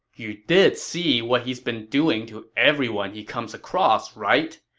you did see what he's been doing to everyone he comes across, right?